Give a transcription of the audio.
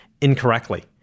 incorrectly